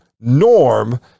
norm